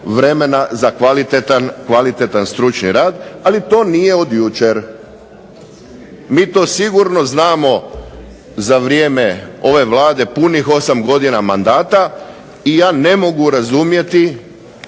vremena za kvalitetan stručni rad, ali to nije od jučer. Mi to sigurno znamo za vrijeme ove Vlade punih 8 godina mandata, i ja ne mogu razumjeti